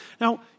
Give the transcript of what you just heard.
Now